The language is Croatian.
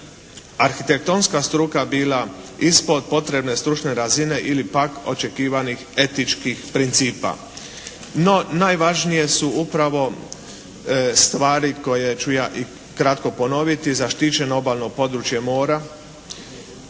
arhitektonska struka bila ispod potrebne stručne razine ili pak očekivanih etičkih principa. No, najvažnije su upravo stvari koje ću ja kratko ponoviti – zaštićeno obalno područje mora.